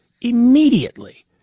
immediately